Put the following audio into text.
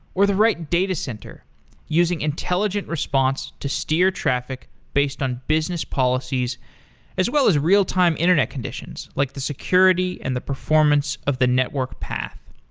or the right datacenter using intelligent response to steer traffic based on business policies as well as real time internet conditions, like the security and the performance of the network path.